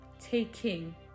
taking